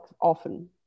often